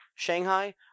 Shanghai